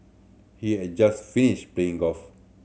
he had just finished playing golf